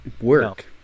work